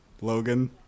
Logan